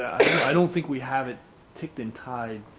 i don't think we haven't ticked in tied